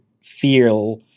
feel